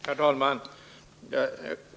Herr talman!